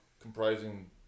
comprising